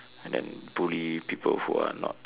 and then bully people who are not